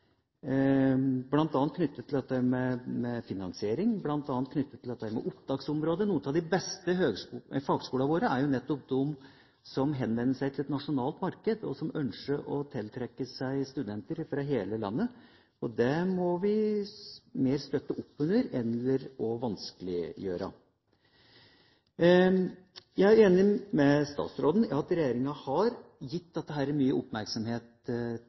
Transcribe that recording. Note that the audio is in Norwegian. bl.a. knyttet til finansiering og opptaksområde. Noen av de beste fagskolene våre er jo nettopp de som henvender seg til et nasjonalt marked, og som ønsker å tiltrekke seg studenter fra hele landet. Det må vi mer støtte opp under enn vanskeliggjøre. Jeg er enig med statsråden i at regjeringa har viet dette mye oppmerksomhet